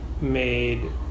made